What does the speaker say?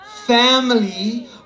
family